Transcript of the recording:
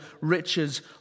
riches